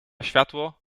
światło